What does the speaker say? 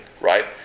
right